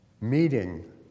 meeting